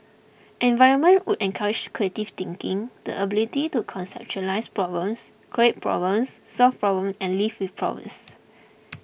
environment would encourage creative thinking the ability to conceptualise problems create problems solve problems and live with problems